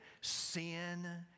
sin